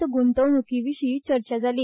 त गुंतवणुकीविर्शी चर्चा जाली